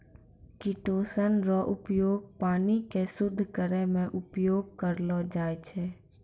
chitosan रो उपयोग पानी के शुद्ध करै मे उपयोग करलो जाय छै